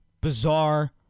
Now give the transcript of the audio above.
bizarre